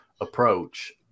approach